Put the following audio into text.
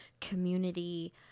community